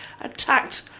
attacked